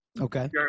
Okay